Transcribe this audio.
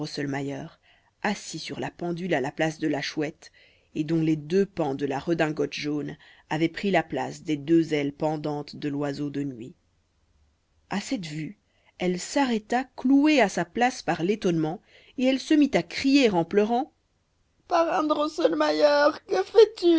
drosselmayer assis sur la pendule à la place de la chouette et dont les deux pans de la redingote jaune avaient pris la place des deux ailes pendantes de l'oiseau de nuit à cette vue elle s'arrêta clouée à sa place par l'étonnement et elle se mit à crier en pleurant parrain drosselmayer que fais-tu